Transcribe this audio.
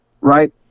right